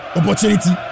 opportunity